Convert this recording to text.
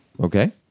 Okay